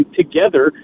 together